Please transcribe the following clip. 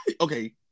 okay